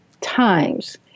times